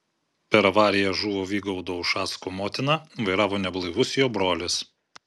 per avariją žuvo vygaudo ušacko motina vairavo neblaivus jo brolis